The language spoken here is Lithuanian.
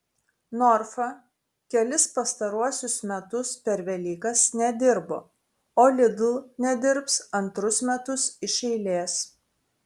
norfa kelis pastaruosius metus per velykas nedirbo o lidl nedirbs antrus metus iš eilės